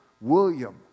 William